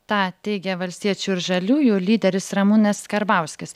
tą teigė valstiečių ir žaliųjų lyderis ramūnas karbauskis